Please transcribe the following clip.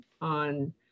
on